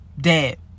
Dead